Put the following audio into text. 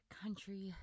country